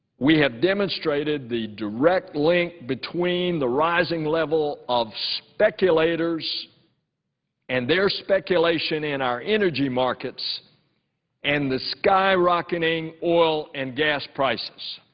we have demonstrated the direct link between the rising level of speculators and their speculation in our energy markets and the skyrocketing oil and gas prices.